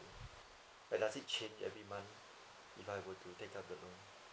and does it change every month if I were to take up the loan